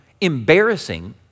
embarrassing